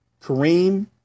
Kareem